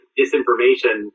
disinformation